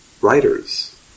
writers